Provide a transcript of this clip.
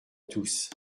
tous